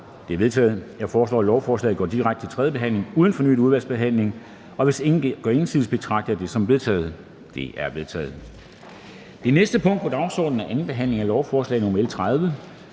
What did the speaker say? De er vedtaget. Jeg foreslår, at lovforslaget går direkte til tredje behandling uden fornyet udvalgsbehandling. Hvis ingen gør indsigelse, betragter jeg det som vedtaget. Det er vedtaget. --- Det næste punkt på dagsordenen er: 16) 2. behandling af lovforslag nr. L 30: